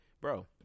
bro